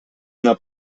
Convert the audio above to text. una